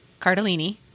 Cardellini